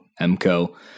MCO